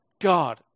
God